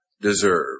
deserve